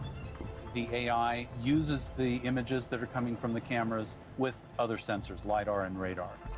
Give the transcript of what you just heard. the a i. uses the images that are coming from the cameras with other sensors, lidar, and radar.